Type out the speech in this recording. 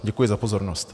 Děkuji za pozornost.